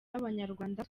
b’abanyarwanda